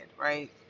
right